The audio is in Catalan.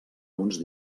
uns